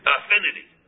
affinity